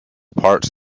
parts